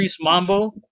Mambo